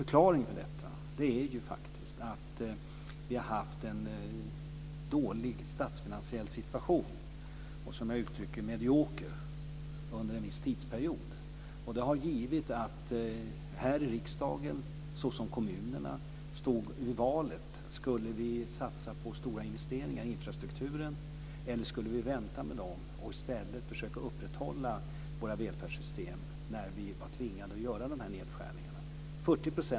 Förklaringen är att vi har haft en dålig statsfinansiell situation, under en viss tidsperiod medioker. Här i riksdagen liksom i kommunerna har valet stått mellan att satsa på stora investeringar i infrastrukturen eller vänta med dem och i stället försöka upprätthålla våra välfärdssystem. Vi var tvingade att göra nedskärningar.